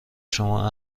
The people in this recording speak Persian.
شما